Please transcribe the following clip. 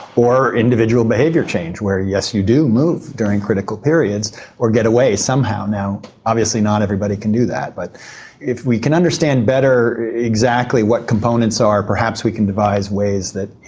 or individual behaviour change where yes you do move during critical periods or get away somehow. now, obviously not everybody can do that but if we can understand better exactly what components are perhaps we can devise ways that,